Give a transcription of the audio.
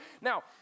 Now